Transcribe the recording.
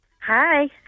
Hi